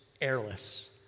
airless